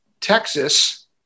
Texas